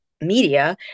media